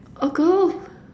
oh